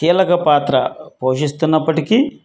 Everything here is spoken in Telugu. కీలక పాత్ర పోషిస్తున్నప్పటికీ